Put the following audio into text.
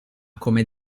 come